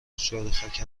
جاروخاک